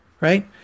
right